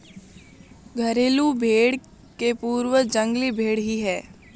घरेलू भेंड़ के पूर्वज जंगली भेंड़ ही है